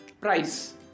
price